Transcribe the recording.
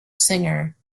singer